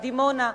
דימונה,